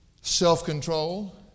self-control